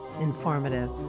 informative